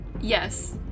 Yes